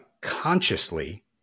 consciously